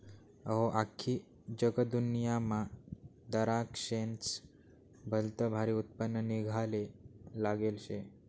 अहो, आख्खी जगदुन्यामा दराक्शेस्नं भलतं भारी उत्पन्न निंघाले लागेल शे